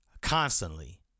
constantly